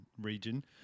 region